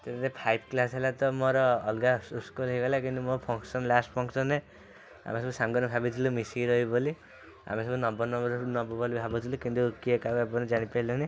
ଯେବେ five class ହେଲା ତ ମୋର ଅଲଗା ସ୍କୁଲ୍ ହେଇଗଲା କିନ୍ତୁ ମୋ ଫଙ୍କସନ୍ ଲାଷ୍ଟ୍ ଫଙ୍କସନ୍ରେ ଆମେ ସବୁ ସାଙ୍ଗମାନେ ଭାବିଥିଲୁ ମିଶିକି ରହିବୁ ବୋଲି ଆମେ ସବୁ ନମ୍ୱର୍ ନେବୁ ନେବୁ ବୋଲି ଭାବୁଥିଲୁ କିନ୍ତୁ କିଏ କାହା ଜାଣି ପାରିଲୁନି